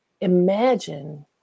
imagine